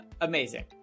amazing